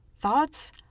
thoughts